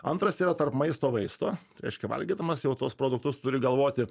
antras yra tarp maisto vaisto reiškia valgydamas jau tuos produktus turi galvoti